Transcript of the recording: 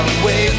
away